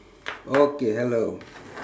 okay hello